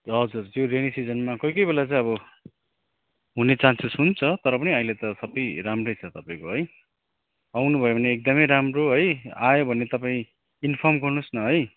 हजुर त्यो रेनी सिजनमा कोही कोही बेला चाहिँ अब हुने चान्सेस हुन्छ तर पनि अहिले त सबै राम्रै छ तपाईँको है आउनुभयो भने एकदमै राम्रो है आयो भने तपाईँ इन्फर्म गर्नुहोस् न है